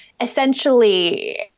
essentially